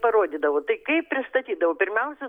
parodydavau tai kaip pristatydavau pirmiausia